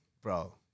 bro